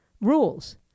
rules